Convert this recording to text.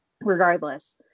regardless